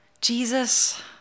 Jesus